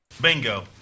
Bingo